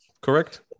correct